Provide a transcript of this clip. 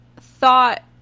thought